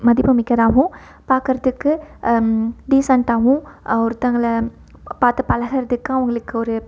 மதிப்பு மிக்கதாகவும் பார்க்கறதுக்கு டீசென்டாகவும் ஒருத்தங்களை பார்த்து பழகுறதுக்கு அவங்களுக்கு ஒரு